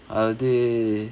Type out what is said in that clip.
அது:athu